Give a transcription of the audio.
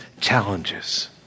challenges